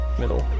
middle